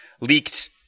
leaked